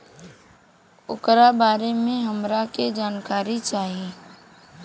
ओकरा बारे मे हमरा के जानकारी चाही?